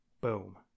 Boom